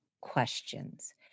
questions